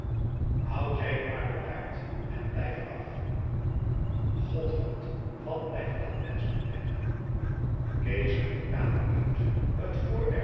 houd jij je maar bedaard en blijf er af god god wat blijft dat mensch lang weg kees liep de kamer uit